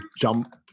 jump